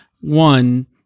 One